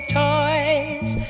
toys